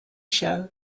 show